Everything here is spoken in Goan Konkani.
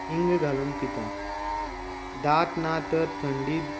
हिंग घालून पितां ताप ना तर थंडी